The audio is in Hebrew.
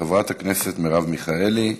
חברת הכנסת מרב מיכאלי,